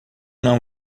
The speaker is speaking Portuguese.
não